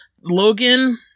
Logan